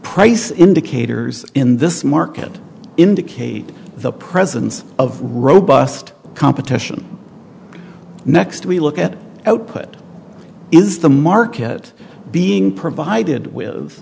price indicators in this market indicate the presence of robust competition next we look at output is the market being provided with